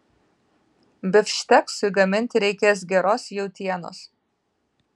bifšteksui gaminti reikės geros jautienos